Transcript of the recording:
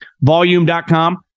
volume.com